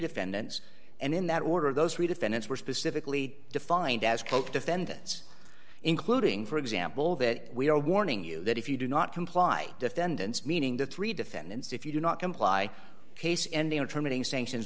defendants and in that order those three defendants were specifically defined as coke defendants including for example that we are warning you that if you do not comply defendants meaning the three defendants if you do not comply case ending inter meeting sanctions